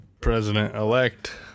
president-elect